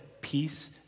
peace